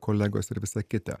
kolegos ir visa kita